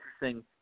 interesting